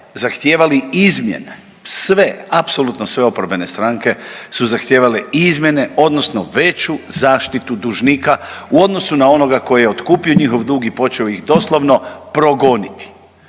zahtijevali izmjene, sve, apsolutno sve oporbene stranke su zahtijevale izmjene odnosno veću zaštitu dužnika u odnosu na onoga tko je otkupio njihov dug i počeo ih doslovno progoniti.